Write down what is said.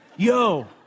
Yo